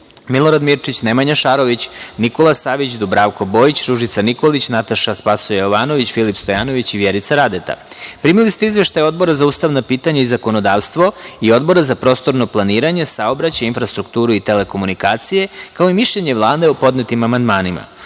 Milorad Mirčić, Nemanja Šarović, Nikola Savić, Dubravko Bojić, Ružica Nikolić, Nataša Sp. Jovanović, Filip Stojanović i Vjerica Radeta. Primili ste izveštaje Odbora za ustavna pitanja i zakonodavstvo i Odbora za prostorno planiranje, saobraćaj, infrastrukturu i telekomunikacije, kao i mišljenje Vlade o podnetim amandmanima. Pošto